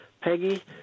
Peggy